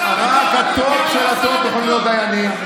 רק הטופ של הטופ יכולים להיות דיינים.